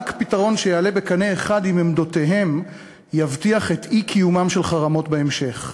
רק פתרון שיעלה בקנה אחד עם עמדותיהם יבטיח את אי-קיומם של חרמות בהמשך.